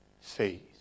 Faith